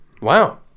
Wow